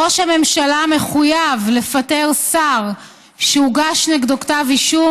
ראש הממשלה מחויב לפטר שר שהוגש נגדו כתב אישום